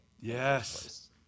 Yes